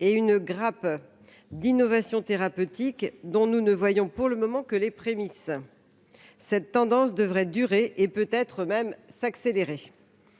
et une grappe d’innovations thérapeutiques, dont nous ne voyons pour le moment que les prémices, cette tendance devrait durer, voire s’accélérer.